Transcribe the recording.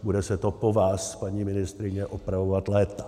Bude se to po vás, paní ministryně, opravovat léta.